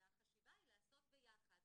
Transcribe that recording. והחשיבה היא לעשות ביחד